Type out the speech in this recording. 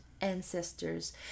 ancestors